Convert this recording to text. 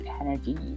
energy